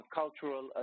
cultural